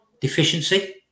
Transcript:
deficiency